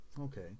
Okay